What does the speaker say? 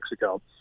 Mexico